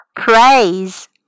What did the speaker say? Praise